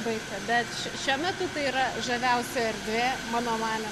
baigta bet šiuo metu tai yra žaviausia erdvė mano manymu